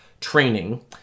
training